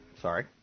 Sorry